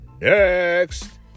Next